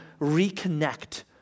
reconnect